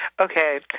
Okay